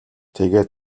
тэгээд